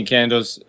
Candles